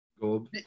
gold